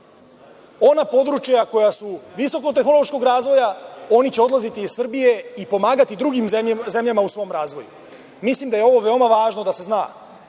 ona područja koja su visokotehnološkog razvoja, oni će odlaziti iz Srbije i pomagati drugim zemljama u svom razvoju. Mislim da ovo veoma važno da se zna,